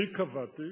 אני קבעתי,